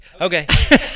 Okay